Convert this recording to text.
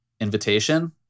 Invitation